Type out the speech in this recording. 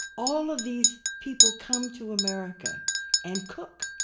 all of these people come to america and cook,